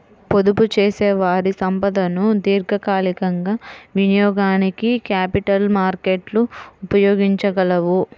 పొదుపుచేసేవారి సంపదను దీర్ఘకాలికంగా వినియోగానికి క్యాపిటల్ మార్కెట్లు ఉపయోగించగలవు